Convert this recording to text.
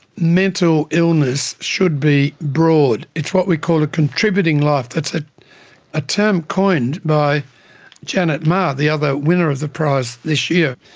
mental illness should be broad. it's what we call a contributing life. it's ah a term coined by janet meagher, the other winner of the prize this year,